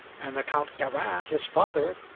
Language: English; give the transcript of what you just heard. and the count garin, his father,